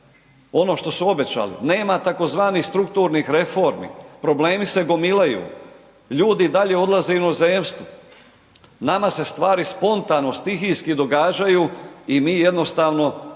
ono što su obećali nema tzv. strukturnih reformi, problemi se gomilaju, ljudi i dalje odlaze u inozemstvo, nama se stvari spontano, stihijski događaju i mi jednostavno ajmo